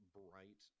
bright